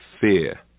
fear